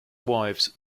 wives